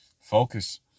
focus